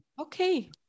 Okay